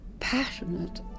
passionate